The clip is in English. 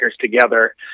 together